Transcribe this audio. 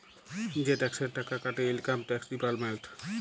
যে টেকসের টাকা কাটে ইলকাম টেকস ডিপার্টমেল্ট